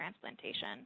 transplantation